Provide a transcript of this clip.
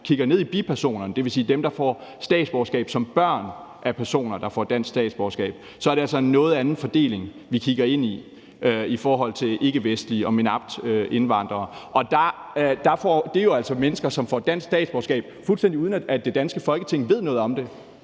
kigger på bipersonerne – det vil sige dem, der får statsborgerskab som børn af personer, der får dansk statsborgerskab – så er det altså en noget anden fordeling, vi kigger ind i, i forhold til ikkevestlige og MENAPT-indvandrere. Og det er jo altså mennesker, som får dansk statsborgerskab, fuldstændig uden at det danske Folketing ved noget om det.